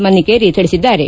ಮನ್ನಿಕೇರಿ ತಿಳಿಸಿದ್ದಾರೆ